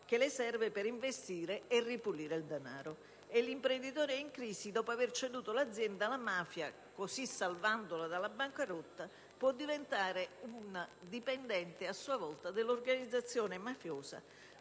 che le serve per investire e ripulire il denaro. E l'imprenditore in crisi, dopo aver ceduto l'azienda alla mafia, così salvandola dalla bancarotta, può diventare un dipendente a sua volta dell'organizzazione mafiosa,